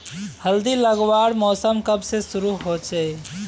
हल्दी लगवार मौसम कब से शुरू होचए?